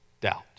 doubt